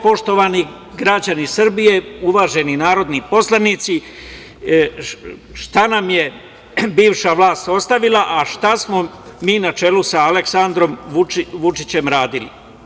Poštovani građani Srbije, uvaženi narodni poslanici, šta nam je bivša vlast ostavila, a šta smo mi, na čelu sa Aleksandrom Vučićem, uradili?